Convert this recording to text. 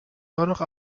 danach